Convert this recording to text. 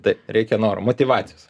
taip reikia noro motyvacijos